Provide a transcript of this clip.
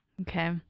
Okay